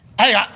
Hey